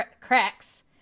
cracks